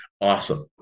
awesome